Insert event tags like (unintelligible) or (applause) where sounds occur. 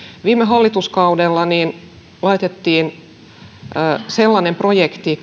viime hallituskaudella laitettiin käyntiin sellainen projekti (unintelligible)